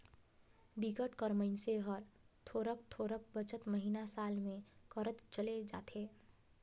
बिकट कर मइनसे हर थोरोक थोरोक बचत महिना, साल में करत चले जाथे